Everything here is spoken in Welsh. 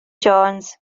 jones